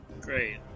Great